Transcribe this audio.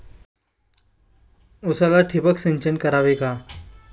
उसाला ठिबक सिंचन करावे का?